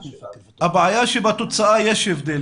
הבעיה היא שבתוצאה יש הבדל.